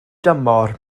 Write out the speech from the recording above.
dymor